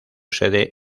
sede